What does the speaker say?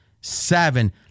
seven